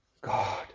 God